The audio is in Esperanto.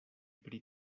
pri